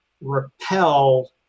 repel